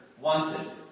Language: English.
wanted